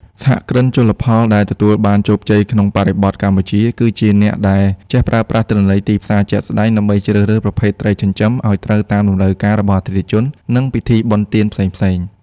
សហគ្រិនជលផលដែលទទួលបានជោគជ័យក្នុងបរិបទកម្ពុជា គឺជាអ្នកដែលចេះប្រើប្រាស់ទិន្នន័យទីផ្សារជាក់ស្ដែង ដើម្បីជ្រើសរើសប្រភេទត្រីចិញ្ចឹមឱ្យត្រូវតាមតម្រូវការរបស់អតិថិជន និងពិធីបុណ្យទានផ្សេងៗ។